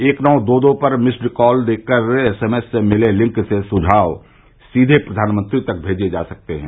एक नौ दो दो पर मिस्ड कॉल देकर एसएमएस से मिले लिंक से सुझाव सीधे प्रधानमंत्री तक भेजे जा सकते हैं